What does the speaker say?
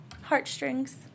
heartstrings